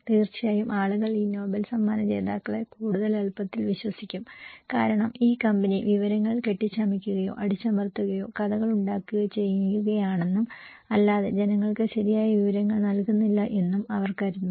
തീർച്ചയായും ആളുകൾ ഈ നൊബേൽ സമ്മാന ജേതാക്കളെ കൂടുതൽ എളുപ്പത്തിൽ വിശ്വസിക്കും കാരണം ഈ കമ്പനി വിവരങ്ങൾ കെട്ടിച്ചമയ്ക്കുകയോ അടിച്ചമർത്തുകയോ കഥകൾ ഉണ്ടാക്കുകയോ ചെയ്യുകയാണെന്നും അല്ലാതെ ജനങ്ങൾക്ക് ശരിയായ വിവരങ്ങൾ നൽകുന്നില്ല എന്നും അവർ കരുതുന്നു